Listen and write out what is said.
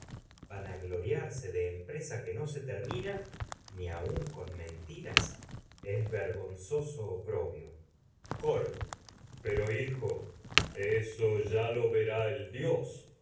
llevásemos vanagloriarse de em que no se presa termina ni aun con mentiras es ver gonzoso coro oprobio pero hijo eso ya lo verá el dios